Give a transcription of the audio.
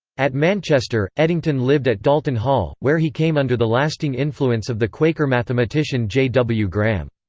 at manchester, eddington lived at dalton hall, where he came under the lasting influence of the quaker mathematician j. w. graham.